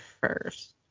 first